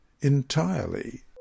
entirely